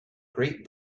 great